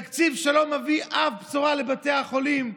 תקציב שלא מביא אף בשורה לבתי החולים.